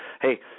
hey